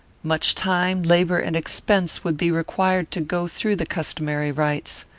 much time, labour, and expense would be required to go through the customary rites.